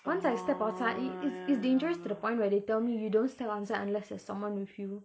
once I step outside it it's it's dangerous to the point where they tell me you don't step outside unless there's someone with you